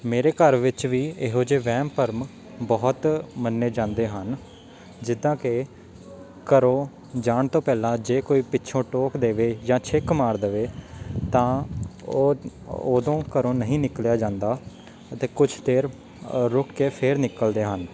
ਮੇਰੇ ਘਰ ਵਿੱਚ ਵੀ ਇਹੋ ਜਿਹੇ ਵਹਿਮ ਭਰਮ ਬਹੁਤ ਮੰਨੇ ਜਾਂਦੇ ਹਨ ਜਿੱਦਾਂ ਕਿ ਘਰੋਂ ਜਾਣ ਤੋਂ ਪਹਿਲਾਂ ਜੇ ਕੋਈ ਪਿੱਛੋਂ ਟੋਕ ਦੇਵੇ ਜਾਂ ਛਿੱਕ ਮਾਰ ਦਵੇ ਤਾਂ ਉਹ ਉਦੋਂ ਘਰੋਂ ਨਹੀਂ ਨਿਕਲਿਆ ਜਾਂਦਾ ਅਤੇ ਕੁਛ ਦੇਰ ਅ ਰੁਕ ਕੇ ਫਿਰ ਨਿਕਲਦੇ ਹਨ